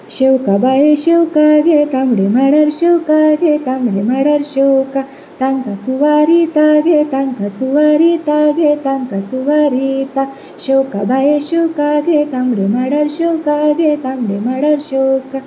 शेवका बाये शेवका गे तांबड्या मांडार शेवका गे तांबड्या मांडार शेवकां तांकां सुवारीता गे तांकां सुवारीता गे तांकांं सुवारीता शेवकां बाये शेवकां गे तांबड्या मांडार शेवका गे तांबड्या मांडार शेवकां